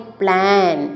plan